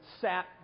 sat